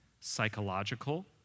psychological